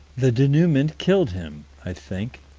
the denouement killed him, i think.